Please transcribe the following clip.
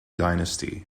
dynasty